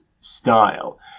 style